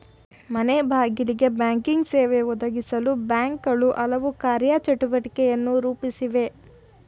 ಮನೆಬಾಗಿಲಿಗೆ ಬ್ಯಾಂಕಿಂಗ್ ಸೇವೆ ಒದಗಿಸಲು ಬ್ಯಾಂಕ್ಗಳು ಹಲವು ಕಾರ್ಯ ಚಟುವಟಿಕೆಯನ್ನು ರೂಪಿಸಿವೆ